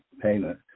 payment